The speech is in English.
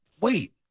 Wait